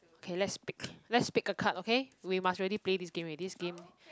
okay let's pick let's pick a card okay we must really play this game already this game